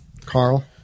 carl